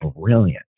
brilliant